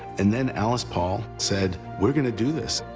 and then alice paul said, we're going to do this.